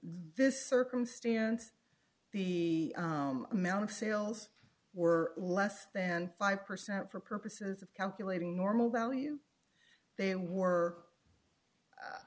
this circumstance the amount of sales were less than five percent for purposes of calculating normal value then were